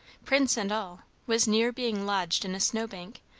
prince and all, was near being lodged in a snow-bank,